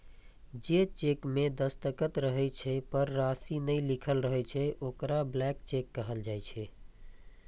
जे चेक मे दस्तखत रहै छै, पर राशि नै लिखल रहै छै, ओकरा ब्लैंक चेक कहल जाइ छै